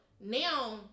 now